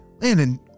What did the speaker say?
Landon